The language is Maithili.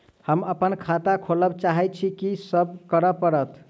हम अप्पन खाता खोलब चाहै छी की सब करऽ पड़त?